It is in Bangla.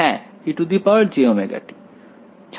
হ্যাঁ ejωt